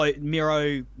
Miro